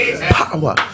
power